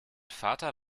vater